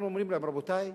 אנחנו אומרים להם: רבותי,